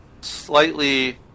slightly